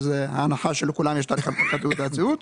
ההנחה שלכולם יש תאריך הנפקת תעודת זהות,